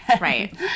Right